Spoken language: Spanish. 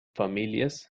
familias